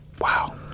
Wow